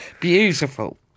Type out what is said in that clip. Beautiful